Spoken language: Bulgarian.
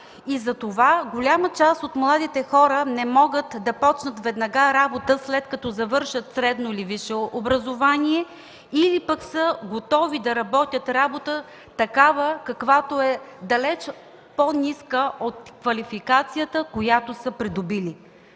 Затова голяма част от младите хора не могат да започнат веднага работа, след като завършат средно или висше образование, или пък са готови да започнат работа, която е далеч по-ниска от квалификацията, която са придобили.